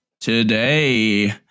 today